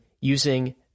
using